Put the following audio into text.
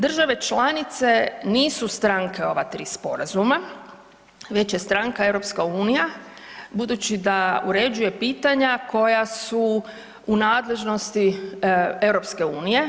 Države članice nisu stranke ova tri sporazuma, već je stranka EU budući da uređuje pitanja koja su u nadležnosti EU.